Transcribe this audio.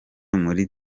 muri